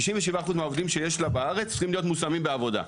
97 אחוזים מהעובדים שיש ללשכה בארץ צריכים להיות מושמים בעבודה.